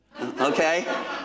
Okay